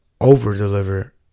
over-deliver